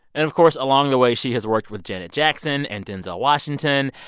and, of course, along the way, she has worked with janet jackson and denzel washington.